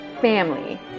family